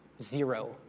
Zero